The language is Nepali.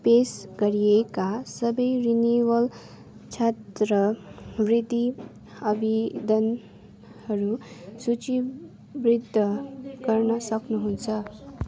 पेस गरिएका सबै रिन्युवल छात्रवृत्ति आवेदनहरू सूचीबृद्ध गर्न सक्नुहुन्छ